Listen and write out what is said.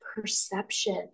perception